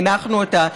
הנחנו אותה,